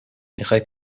میخای